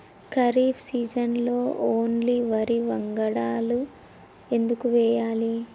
ఖరీఫ్ సీజన్లో ఓన్లీ వరి వంగడాలు ఎందుకు వేయాలి?